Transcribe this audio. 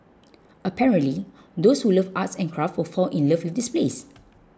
apparently those who love arts and crafts will fall in love with this place